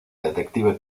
detective